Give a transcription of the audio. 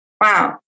Wow